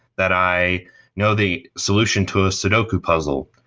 that i know the solution to a sudoku puzzle,